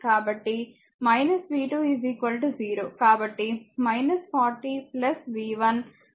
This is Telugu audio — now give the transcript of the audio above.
కాబట్టి 40 v 1 v 2 0